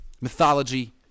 mythology